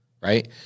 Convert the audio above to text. right